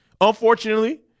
unfortunately